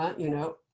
you know,